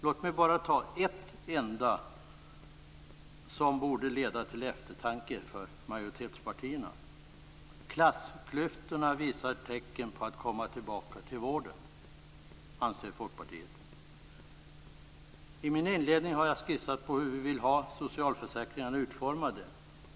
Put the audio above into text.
Låt mig bara ta ett enda exempel som borde leda till eftertanke för majoritetspartierna: klassklyftorna visar tecken på att komma tillbaka i vården. Det anser Folkpartiet. I min inledning har jag skissat på hur vi skall ha socialförsäkringarna utformade.